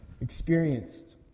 experienced